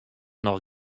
noch